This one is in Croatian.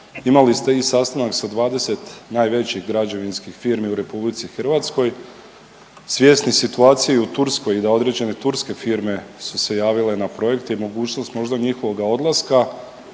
imali ste i sastanak sa 20 najvećih građevinskih firmi u RH. Svjesni situacije i u Turskoj i da određene turske firme su se javile na projekte i mogućnost možda njihovog odlaska,